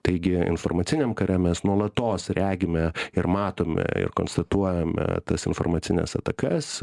taigi informaciniam kare mes nuolatos regime ir matome ir konstatuojame tas informacines atakas